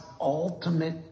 ultimate